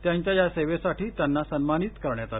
त्यांच्या या सेवेसाठी त्यांना सन्मानित करण्यात आलं